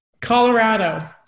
Colorado